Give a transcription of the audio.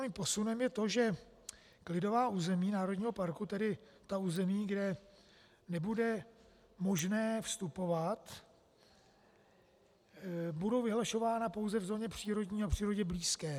Dalším významným posunem je to, že klidová území národního parku, tedy ta území, kde nebude možné vstupovat, budou vyhlašována pouze v zóně přírodní a přírodě blízké.